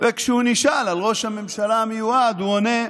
וכשהוא נשאל על ראש הממשלה המיועד הוא עונה,